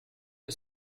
que